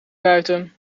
buiten